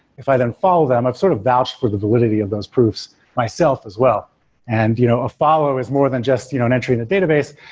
if i then follow them i've sort of vouched for the validity of those proofs, myself as well and you know a follower is more than just you know an entry in the database.